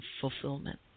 fulfillment